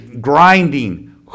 Grinding